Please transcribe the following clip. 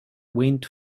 went